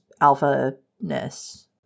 alpha-ness